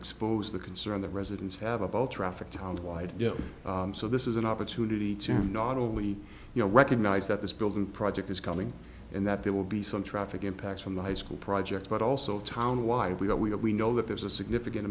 exposed the concern that residents have about traffic tie and wide you know so this is an opportunity to not only you know recognize that this building project is coming and that there will be some traffic impacts from the high school project but also town why we don't we have we know that there's a significant